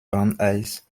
brandeis